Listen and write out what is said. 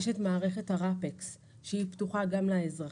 יש את מערכת ה-רפקס שהיא פתוחה גם לאזרחים,